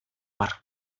har